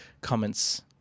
comments